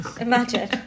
Imagine